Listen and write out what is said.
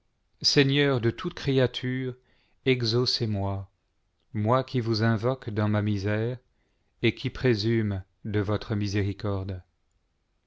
seigneur de toute créature exaacczmoi moi qui vous invoque dans ma misère et qui présume de votre miséricorde